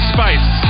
Spice